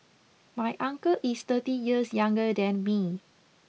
my uncle is thirty years younger than me